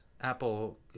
Apple